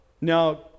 Now